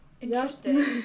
interesting